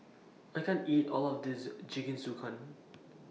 I can't eat All of This Jingisukan